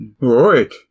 Right